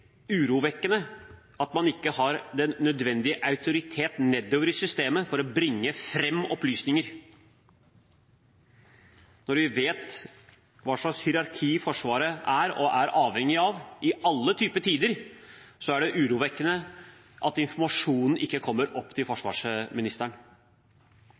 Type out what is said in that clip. urovekkende at man ikke har den nødvendige autoritet nedover i systemet for å bringe fram opplysninger. Når vi vet hva slags hierarki Forsvaret er og er avhengig av i alle slags tider, er det urovekkende at informasjonen ikke kommer opp til